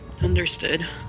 Understood